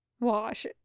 Wash